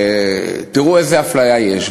תראו איזו אפליה יש.